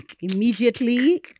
Immediately